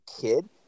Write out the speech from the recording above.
kid